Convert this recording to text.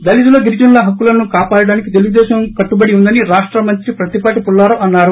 దళితుల గిరిజనుల హక్కులను కాపాడడానికి తెలుగుదేశం కట్టుబడి ఉందని రాష్ట మంత్రి పత్తిపాటి పుల్లారావు అన్నారు